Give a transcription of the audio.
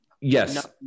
Yes